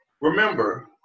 remember